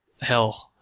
hell